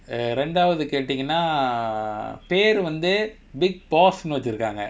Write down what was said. err ரெண்டாவது கேட்டிங்கனா பெரு வந்து:rendaavathu kaetinganaa peru vanthu bigg boss ன்னு வச்சிக்குறாங்க:nu vachikuraanga